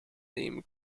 name